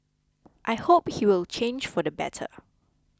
I hope he will change for the better